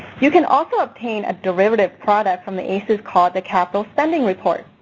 you can also obtain a derivative product from the aces called the capital spending report.